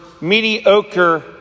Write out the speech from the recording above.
mediocre